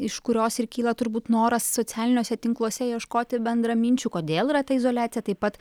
iš kurios ir kyla turbūt noras socialiniuose tinkluose ieškoti bendraminčių kodėl yra ta izoliacija taip pat